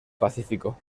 pacífico